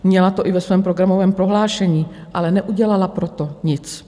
Měla to i ve svém programovém prohlášení, ale neudělala pro to nic.